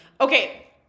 Okay